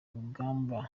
rugamba